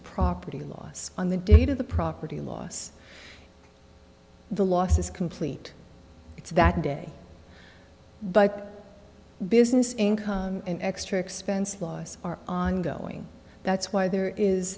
property loss on the date of the property loss the loss is complete it's that day but business income an extra expense laws are ongoing that's why there is